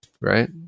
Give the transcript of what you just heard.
Right